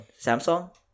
Samsung